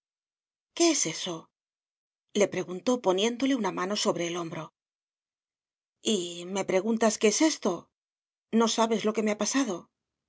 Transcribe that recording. qué es eso le preguntó poniéndole una mano sobre el hombro y me preguntas qué es esto no sabes lo que me ha pasado